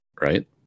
right